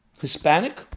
Hispanic